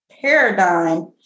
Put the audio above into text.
paradigm